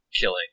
killing